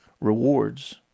Rewards